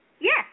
yes